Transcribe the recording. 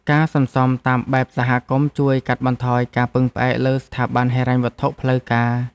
ការសន្សំតាមបែបសហគមន៍ជួយកាត់បន្ថយការពឹងផ្អែកលើស្ថាប័នហិរញ្ញវត្ថុផ្លូវការ។